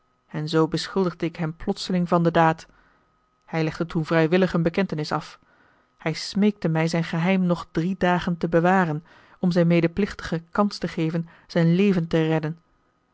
en zoo beschuldigde ik hem plotseling van de daad hij legde toen vrijwillig een bekentenis af hij smeekte mij zijn geheim nog drie dagen te bewaren om zijn medeplichtige kans te geven zijn leven te redden